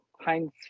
Heinz